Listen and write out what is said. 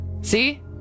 See